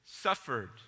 Suffered